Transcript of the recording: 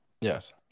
Yes